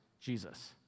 Jesus